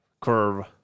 curve